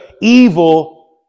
evil